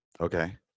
Okay